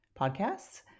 Podcasts